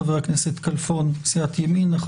חבר הכנסת כלפון מסיעת ימינה,